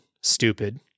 stupid